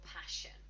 passion